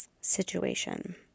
Situation